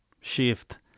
shift